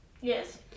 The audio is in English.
Yes